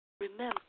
remember